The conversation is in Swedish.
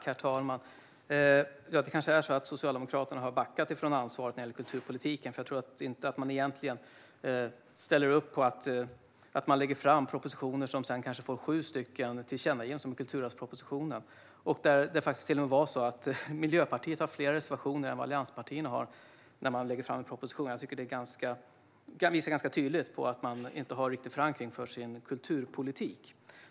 Herr talman! Det kanske är så att Socialdemokraterna har backat från ansvaret när det gäller kulturpolitiken, för jag tror inte att man egentligen ställer upp på att propositioner läggs fram som sedan kanske får sju tillkännagivanden, som kulturarvspropositionen, där Miljöpartiet till och med hade fler reservationer än allianspartierna när den lades fram. Detta tycker jag visar ganska tydligt att man inte har någon riktig förankring för sin kulturpolitik.